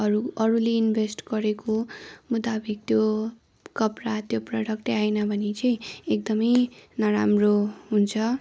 अरू अरूले इन्भेस्ट गरेको मुताबिक त्यो कपडा त्यो प्रडक्टै आएन भने चाहिँ एकदमै नराम्रो हुन्छ